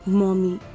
mommy